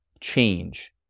change